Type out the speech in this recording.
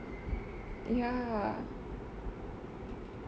ya